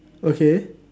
okay